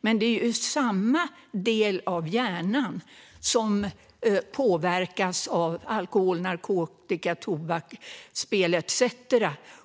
Men det är samma del av hjärnan som påverkas av alkohol, narkotika, tobak, spel etcetera.